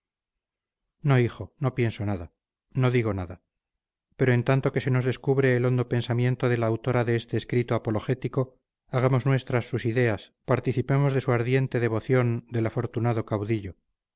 no hijo no pienso nada no digo nada pero en tanto que se nos descubre el hondo pensamiento de la autora de ese escrito apologético hagamos nuestras sus ideas participemos de su ardiente devoción del afortunado caudillo